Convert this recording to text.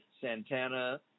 Santana